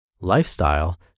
Lifestyle